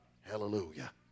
Hallelujah